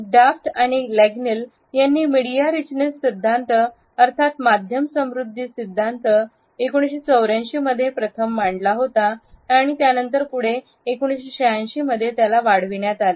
डाफ्ट आणि लेन्गल यांनी media richness सिद्धांत अर्थात माध्यम समृद्धी सिद्धांत 1984 मध्ये प्रथम मांडला होता आणि त्यानंतर पुढे1986 मध्ये त्याला वाढविण्यात आले